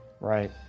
Right